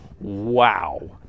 wow